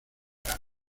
allá